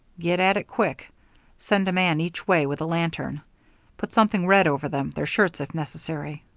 get at it quick send a man each way with a lantern put something red over them, their shirts if necessary.